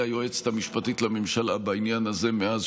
היועצת המשפטית לממשלה בעניין הזה מאז